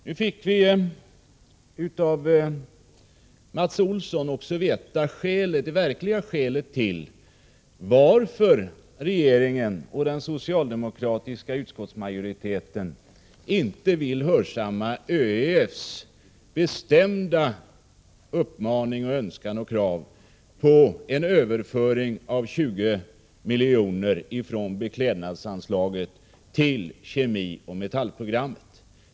Nu fick vi av Mats Olsson veta det verkliga skälet till att regeringen och den socialdemokratiska utskottsmajoriteten inte vill hörsamma ÖEF:s bestämda önskan, uppmaning och krav på en överföring av 20 milj.kr. ifrån beklädnadsprogrammet till kemioch metallprogrammet.